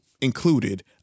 included